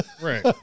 Right